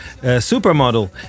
supermodel